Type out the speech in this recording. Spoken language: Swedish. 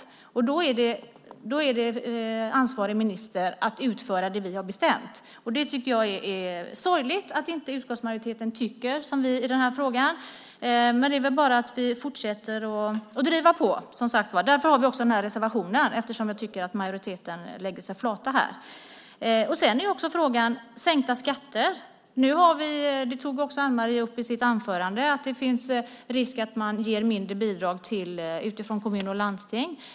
Därför hade det varit upp till den ansvariga ministern att utföra det vi bestämt. Det är sorgligt att utskottsmajoriteten inte tycker som vi i denna fråga, men det är väl bara att fortsätta att driva på. Därför har vi också denna reservation. Vi tycker alltså att majoriteten lägger sig platt i frågan. Det är också fråga om sänkta skatter. Anne Marie tog upp i sitt anförande att det finns risk för att man ger mindre bidrag från kommuner och landsting.